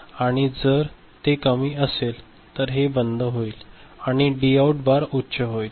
आणि जर ते कमी असेल तर हे बंद होईल आणि हे डी आऊट बार उच्च होईल